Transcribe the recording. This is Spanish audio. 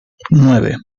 nueve